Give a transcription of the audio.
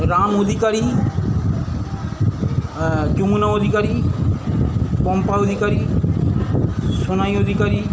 Ram Adhikari Jamuna Adhikari Pampa Adhikari Sonai Adhikari